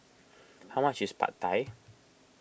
how much is Pad Thai